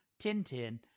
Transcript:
Tintin